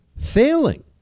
Failing